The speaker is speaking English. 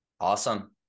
Awesome